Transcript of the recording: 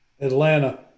Atlanta